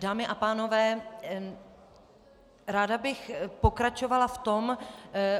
Dámy a pánové, ráda bych pokračovala v tom,